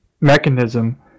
mechanism